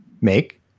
make